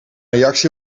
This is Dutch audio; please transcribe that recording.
reactie